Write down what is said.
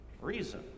reason